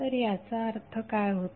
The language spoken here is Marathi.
तर याचा अर्थ काय होतो